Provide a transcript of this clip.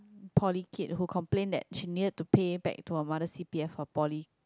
poly kid who complain that she needed to pay back to her mother c_p_f her poly